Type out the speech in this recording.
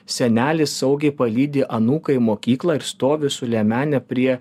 senelis saugiai palydi anūkai mokyklą ir stovi su liemene prie